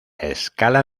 escala